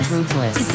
Ruthless